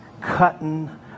cutting